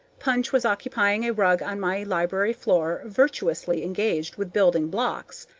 punch was occupying a rug on my library floor, virtuously engaged with building blocks.